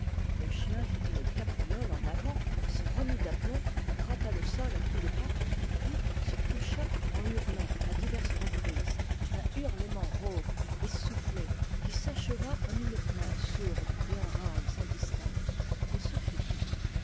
le chien fit une cabriole en avant se remit d'aplomb gratta le sol à coups de patte puis se coucha en hurlant à diverses reprises un hurlement rauque essoufflé qui s'acheva en une plainte sourde et en râles indistincts et ce fut tout